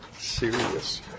serious